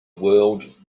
world